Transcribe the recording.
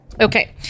Okay